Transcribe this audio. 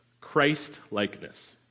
Christ-likeness